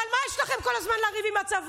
אבל מה יש לכם לריב כל הזמן עם הצבא?